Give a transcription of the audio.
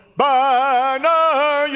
banner